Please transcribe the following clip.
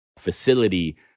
facility